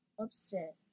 upset